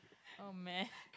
oh man